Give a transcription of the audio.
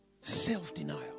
Self-denial